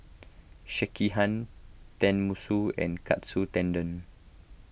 Sekihan Tenmusu and Katsu Tendon